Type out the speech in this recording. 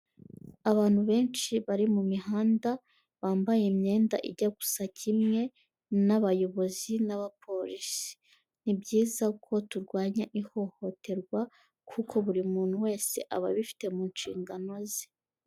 Abantu benshi bari mu mihanda, bambaye imyenda ijya gusa kimwe n'abayobozi n'abapolisi, ni byiza ko turwanya ihohoterwa kuko buri muntu wese aba abifite mu nshingano ze.